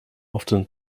often